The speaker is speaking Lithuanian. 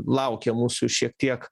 laukia mūsų šiek tiek